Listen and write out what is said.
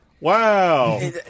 Wow